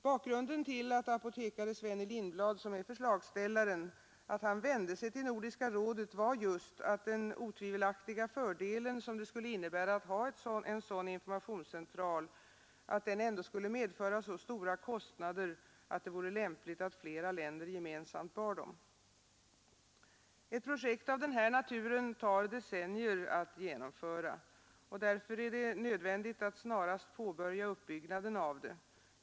Bakgrunden till att apotekare Sven E. Lindblad, som är förslagsställaren, vände sig till Nordiska rådet var just att den otvivelaktiga fördel som det skulle innebära att ha en sådan informationscentral ändå skulle medföra så stora kostnader att det vore lämpligt att flera länder gemensamt bar dem. Ett projekt av denna natur tar decennier att genomföra. Det är därför nödvändigt att snarast påbörja uppbyggnaden av det.